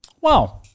wow